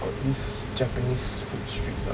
got this japanese food street lah